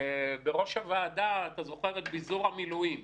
לא קיים שוויון בנטל ועל כן צריך להיות תגמול ופיצוי